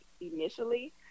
initially